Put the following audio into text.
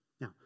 now